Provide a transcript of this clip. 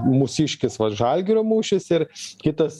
mūsiškis va žalgirio mūšis ir kitas